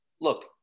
look